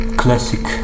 classic